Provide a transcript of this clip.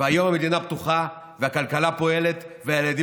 והיום המדינה פתוחה והכלכלה פועלת והילדים